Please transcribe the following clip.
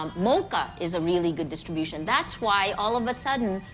um mocha is a really good distribution. that's why, all of a sudden,